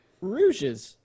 Rouges